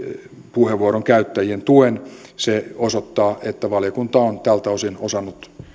puheenvuoronkäyttäjien tuen se osoittaa että valiokunta on tältä osin osannut